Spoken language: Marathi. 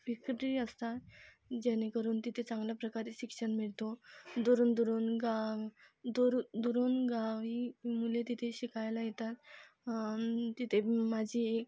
फॅकटी असतात जेणेकरून तिथे चांगल्या प्रकारे शिक्षण मिळतो दुरून दुरून गां दुरू दुरून गावी मुले तिथे शिकायला येतात तिथे माझी एक